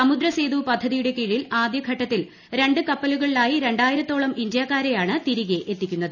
സമുദ്ര സേതു പദ്ധതിയുടെ കീഴിൽ ആദ്യ ഘട്ടത്തിൽ രണ്ട് കപ്പലുകളിലായി രണ്ടായിരത്തോളം ഇന്ത്യക്കാ രെയാണ് തിരികെ എത്തിക്കുന്നത്